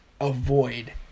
avoid